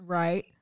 right